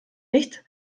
nicht